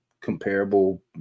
comparable